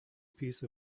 piece